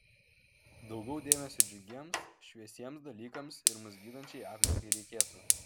daugiau dėmesio džiugiems šviesiems dalykams ir mus gydančiai aplinkai reikėtų